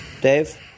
Dave